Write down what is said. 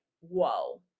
whoa